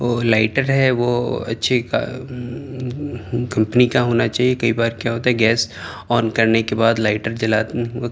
وہ لائٹر ہے وہ اچھی کمپنی کا ہونا چاہیے کئی بار کیا ہوتا ہے گیس آن کرنے کے بعد لائٹر جلاتے وقت